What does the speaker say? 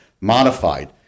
modified